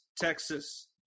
Texas